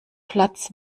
platz